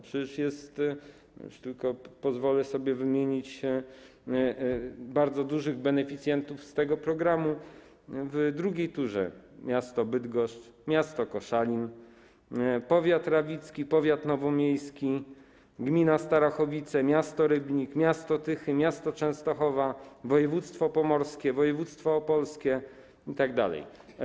Pozwolę sobie tylko wymienić bardzo dużych beneficjentów tego programu w drugiej turze: miasto Bydgoszcz, miasto Koszalin, powiat rawicki, powiat nowomiejski, gmina Starachowice, miasto Rybnik, miasto Tychy, miasto Częstochowa, województwo pomorskie, województwo opolskie itd.